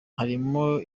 harimo